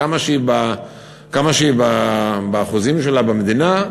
כמה שהיא באחוזים שלה במדינה,